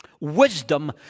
Wisdom